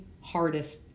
hardest